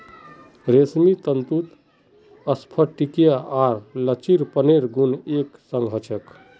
रेशमी तंतुत स्फटिकीय आर लचीलेपनेर गुण एक संग ह छेक